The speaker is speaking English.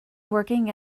working